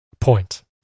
point